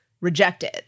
rejected